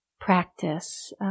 practice